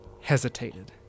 hesitated